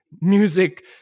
music